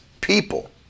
people